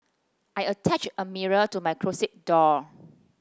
I attached a mirror to my closet door